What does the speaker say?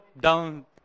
down